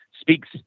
speaks